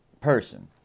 person